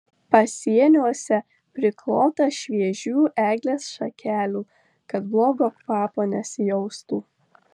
pasieniuose priklota šviežių eglės šakelių kad blogo kvapo nesijaustų